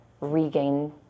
regain